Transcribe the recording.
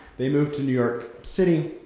they moved to new york city,